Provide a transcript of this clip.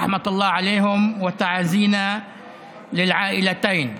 רחמי אללה עליהם ותנחומינו לשתי המשפחות.)